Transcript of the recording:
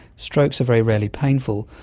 strokes are very rarely painful,